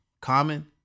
Common